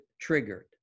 triggered